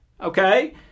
okay